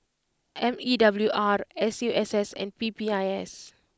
M E W R S U S S and P P I S